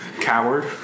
Coward